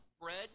Bread